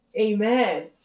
amen